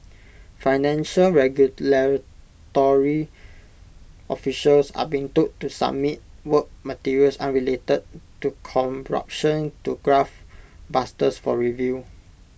financial regulatory officials are being told to submit work materials unrelated to corruption to graft busters for review